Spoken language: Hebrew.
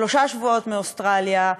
שלושה שבועות מאוסטרליה,